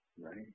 right